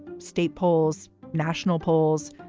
state polls. national polls.